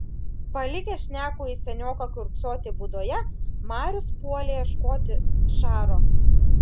palikęs šnekųjį senioką kiurksoti būdoje marius puolė ieškoti šaro